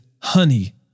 honey